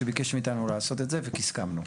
שביקש מאתנו לעשות את זה והסכמנו.